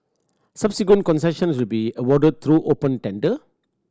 subsequent concessions will be awarded through open tender